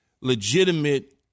legitimate